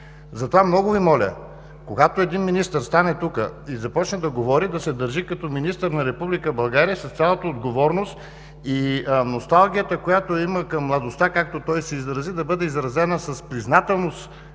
Затова много Ви моля, когато един министър застане тук и започне да говори да се държи като министър на Република България с цялата отговорност и носталгията, която той има към младостта, както той се изрази, да бъде изразена с признателност